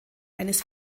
eines